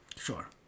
Sure